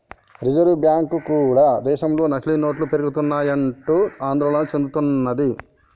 reserve bank కూడా దేశంలో నకిలీ నోట్లు పెరిగిపోయాయంటూ ఆందోళన చెందుతున్నది